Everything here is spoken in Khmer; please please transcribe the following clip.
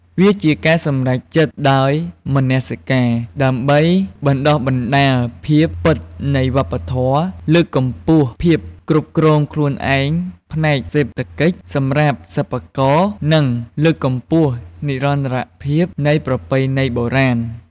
វាគឺជាការសម្រេចចិត្តដោយមនសិការដើម្បីបណ្តុះបណ្តាលភាពពិតនៃវប្បធម៌ លើកកម្ពស់ភាពគ្រប់គ្រងខ្លួនឯងផ្នែកសេដ្ឋកិច្ចសម្រាប់សិប្បករ និងលើកកម្ពស់និរន្តរភាពនៃប្រពៃណីបុរាណ។